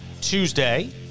Tuesday